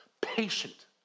patient